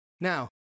Now